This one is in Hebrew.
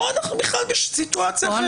פה אנחנו בכלל בסיטואציה אחרת.